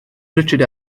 richard